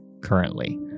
currently